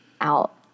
out